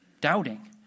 doubting